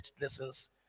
lessons